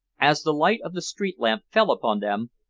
as the light of the street lamp fell upon them,